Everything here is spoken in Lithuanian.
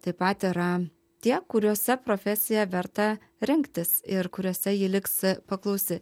taip pat yra tie kuriuose profesiją verta rinktis ir kuriuose ji liks paklausi